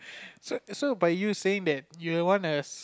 so so by you saying that you want a